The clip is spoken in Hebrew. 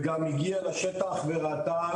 וגם הגיעה לשטח וראתה,